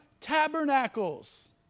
tabernacles